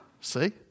see